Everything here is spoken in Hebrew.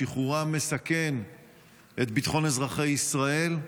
שחרורם מסכן את ביטחון אזרחי ישראל.